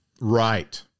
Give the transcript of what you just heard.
Right